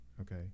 okay